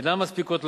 אינן מספיקות,